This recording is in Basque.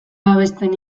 babesten